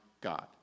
God